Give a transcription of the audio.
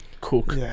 cook